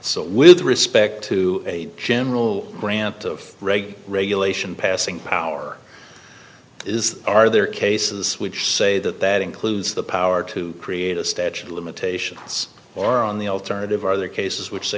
so with respect to a general grant of reg regulation passing power is are there cases which say that that includes the power to create a statute of limitations or on the alternative other cases which s